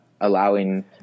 allowing